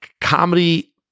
comedy